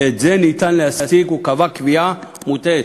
הוא קבע קביעה מוטעית,